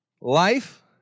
life